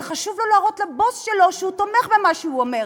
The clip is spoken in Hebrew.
אבל חשוב לו להראות לבוס שלו שהוא תומך במה שהוא אומר.